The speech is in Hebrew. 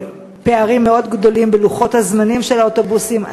פערים מאוד גדולים בלוחות הזמנים של האוטובוסים.